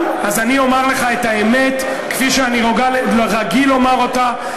אז אני אומר לך את האמת כפי שאני רגיל לומר אותה,